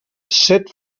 set